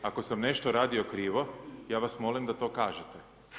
Ako sam nešto radio krivo, ja vas molim da to kažete.